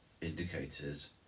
indicators